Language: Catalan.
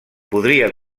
podria